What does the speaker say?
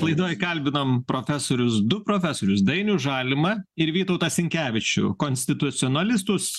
laidoj kalbinom profesorius du profesorius dainių žalimą ir vytautą sinkevičių konstitucionalistus